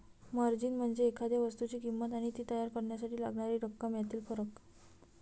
margin म्हणजे एखाद्या वस्तूची किंमत आणि ती तयार करण्यासाठी लागणारी रक्कम यातील फरक